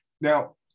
Now